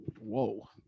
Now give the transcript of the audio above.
whoa